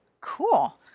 cool